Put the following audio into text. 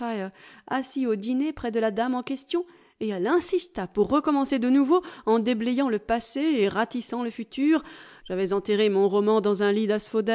assis au dîner près de la dame en question et elle insista pour recommencer de nouveau en déblayant le passé et ratissant le futur j'avais enterré mon roman dans un